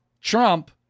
Trump